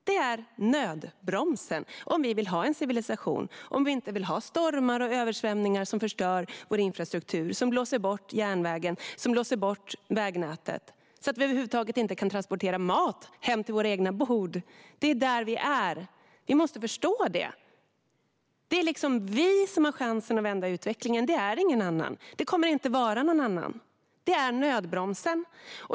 Det är nödbromsen om vi vill ha en civilisation, om vi inte vill ha stormar och översvämningar som förstör vår infrastruktur, som blåser bort järnvägen och vägnätet, så att vi över huvud taget inte kan transportera mat hem till våra egna bord. Det är där vi är. Vi måste förstå det! Det är vi som har chansen att vända utvecklingen - ingen annan. Det kommer inte att vara någon annan. Det är nödbromsen.